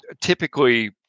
typically